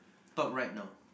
top right now